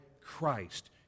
Christ